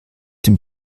den